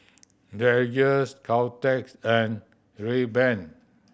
Dreyers Caltex and Rayban